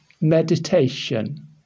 meditation